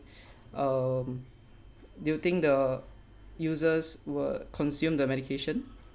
um do you think the users will consume the medication